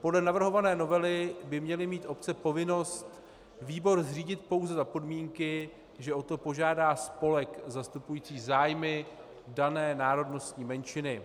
Podle navrhované novely by měly mít obce povinnost výbor zřídit pouze za podmínky, že o to požádá spolek zastupující zájmy dané národnostní menšiny.